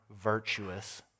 virtuous